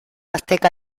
azteca